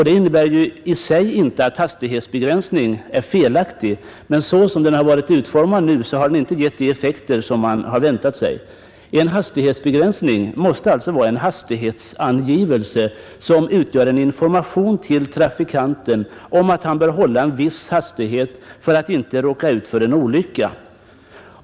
Det behöver inte innebära att hastighetsbegränsning som idé är felaktig, men så som den utformats har den inte gett de effekter man väntat sig. Hastighetsangivelsen skall vara en information till trafikanten om att han bör hålla en viss hastighet för att inte riskera att råka ut för en olycka.